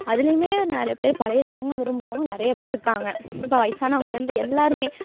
அதுலேயுமே நிறைய பேர் பழைய சாங்ககை விரும்புறவங்க நிறைய பேர் இருக்காங்க இப்போ வயசானவங்கள்லேருந்து எல்லோரும்